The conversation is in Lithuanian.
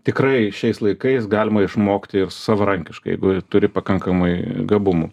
tikrai šiais laikais galima išmokti ir savarankiškai jeigu turi pakankamai gabumų